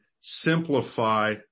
simplify